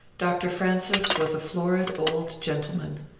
dr. francis was a florid old gentleman,